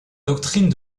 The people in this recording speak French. doctrine